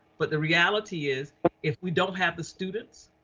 but the reality is if we don't have the students,